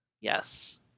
Yes